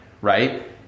right